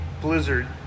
blizzard